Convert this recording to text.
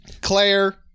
Claire